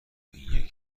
این